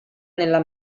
nella